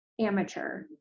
amateur